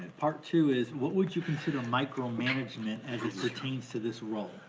part two is, what would you consider micromanagement as it pertains to this role?